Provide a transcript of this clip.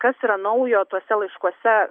kas yra naujo tuose laiškuose